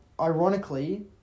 ironically